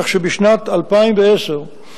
כך שבשנת 2010,